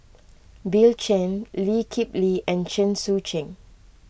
Bill Chen Lee Kip Lee and Chen Sucheng